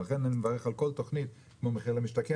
לכן אני מברך על כל תוכנית כמו מחיר למשתכן,